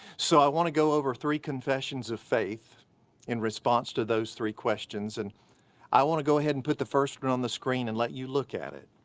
so i wanna go over three confessions of faith in response to those three questions, and i wanna go ahead and put the first one on the screen and let you look at it.